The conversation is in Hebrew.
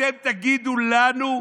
אתם תגידו לנו,